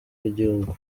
w’igihugu